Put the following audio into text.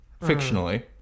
fictionally